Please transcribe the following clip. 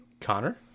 Connor